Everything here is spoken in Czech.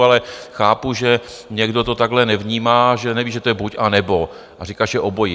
Ale chápu, že někdo to takhle nevnímá, že neví, že to je buď, anebo, a říká, že obojí.